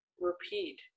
repeat